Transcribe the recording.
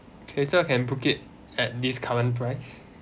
okay so I can book it at this current price